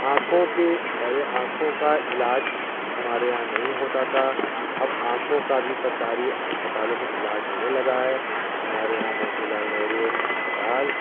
आखों के आखों का इलाज हमारे यहाँ नहीं होता था अब आखों का भी सरकारी अस्पतालों में इलाज होने लगा है हमारे यहाँ मोतीलाल नेहरू अस्पताल